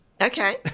Okay